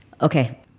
Okay